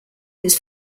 his